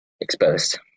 exposed